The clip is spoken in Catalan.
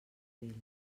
vell